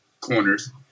corners